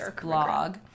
blog